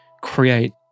create